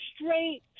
straight